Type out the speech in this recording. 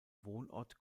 wohnort